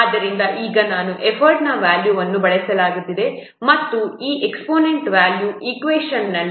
ಆದ್ದರಿಂದ ಈಗ ನಾನು ಎಫರ್ಟ್ನ ವ್ಯಾಲ್ಯೂವನ್ನು ಬಳಸಬೇಕಾಗಿದೆ ಮತ್ತು ಈ ಎಕ್ಸ್ಪೋನೆಂಟ್ ವ್ಯಾಲ್ಯೂ ಈಕ್ವೇಷನ್ನಲ್ಲಿ 0